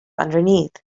underneath